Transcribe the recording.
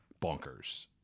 bonkers